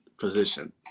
position